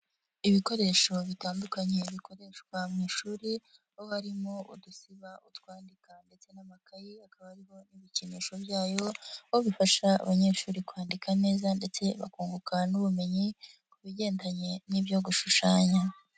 Ibikoresho bitandukanye bikoreshwa mu ishuri, aho harimo udusiba utwandika ndetse n'amakayi akaba hariho n' ibikinisho byayo, aho bifasha abanyeshuri kwandika neza ndetse bakunguka n'ubumenyi ku bigendanye n'ibyo gushushanya.